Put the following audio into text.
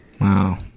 Wow